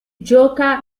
gioca